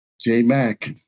J-Mac